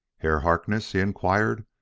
herr harkness? he inquired,